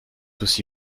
aussi